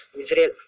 Israel